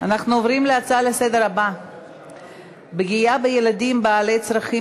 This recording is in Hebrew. אנחנו עוברים להצעות הבאות לסדר-היום: פגיעה בילדים עם צרכים